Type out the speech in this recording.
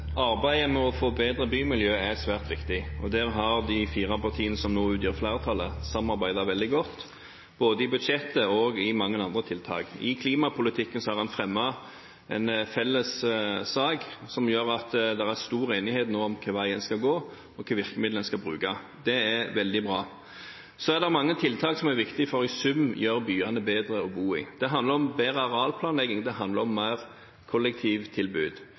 Arbeidet med å forbedre bymiljøet er svært viktig, og der har de fire partiene som nå utgjør flertallet, samarbeidet veldig godt både om budsjettet og om mange andre tiltak. I klimapolitikken har en fremmet en felles sak som gjør at det nå er stor enighet om hvor veien skal gå, og hvilke virkemidler en skal bruke. Det er veldig bra. Så er det mange tiltak som er viktig for i sum å gjøre byene bedre å bo i. Det handler om bedre arealplanlegging, det handler om mer kollektivtilbud.